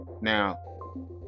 Now